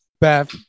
Beth